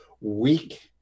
weak